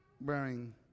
wearing